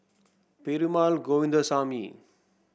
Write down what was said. Perumal Govindaswamy